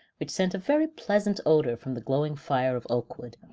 which sent a very pleasant odor from the glowing fire of oak wood,